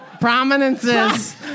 Prominences